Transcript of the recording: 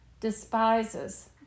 despises